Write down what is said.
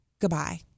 goodbye